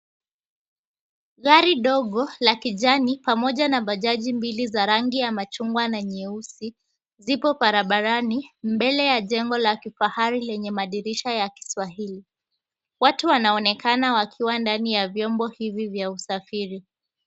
Gari dogo la kijani, pamoja na bajaji mbili za rangi ya machungwa na nyeusi. Ziko barabarani mbele ya jengo la kifahari lenye madirisha ya kiswahili. Watu wanaonekana wakiwa ndani ya vyombo hivi vya usafiri.